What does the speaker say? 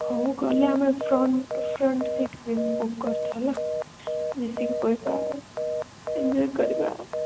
ହଉ ଗଲେ ଆମେ ଫ୍ରଣ୍ଟ୍ ଫ୍ରଣ୍ଟ୍ ସିଟ୍ ବୁକ୍ କରିଥା ହେଲା ମିଶିକି ପଳେଇବା ଆଉ ଏନଜୟ୍ କରିବା ଆଉ